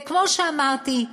וכפי שאמרתי,